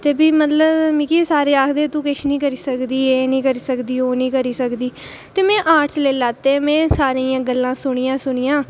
ते भी मतलब मिगी सारे आखदे तू किश निं करी सकदी तू एह् निं करी सकदी ओह् निं करी सकदी ते में आर्टस लेई लैते ते में सारेआं दियां गल्लां सुनियां